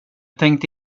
tänkte